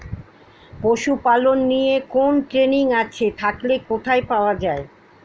পশুপালন নিয়ে কোন ট্রেনিং আছে থাকলে কোথায় পাওয়া য়ায়?